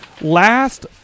last